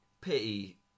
pity